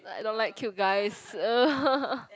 like I don't like cute guys